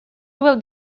will